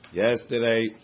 yesterday